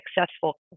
successful